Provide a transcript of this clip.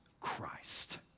Christ